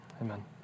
Amen